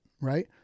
right